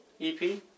EP